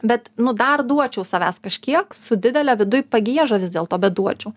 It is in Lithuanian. bet nu dar duočiau savęs kažkiek su didele viduj pagieža vis dėlto bet duočiau